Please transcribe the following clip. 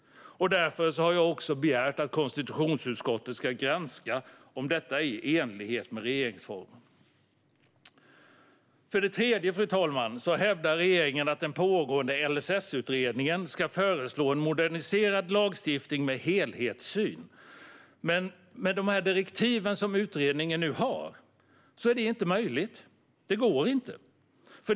Därför har jag också begärt att konstitutionsutskottet ska granska om detta är i enlighet med regeringsformen. För det tredje, fru talman, hävdar regeringen att den pågående LSS-utredningen ska föreslå en moderniserad lagstiftning med helhetssyn. Men med de direktiv som utredningen nu har att följa är det inte möjligt. Det går inte.